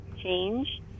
change